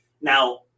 now